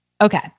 Okay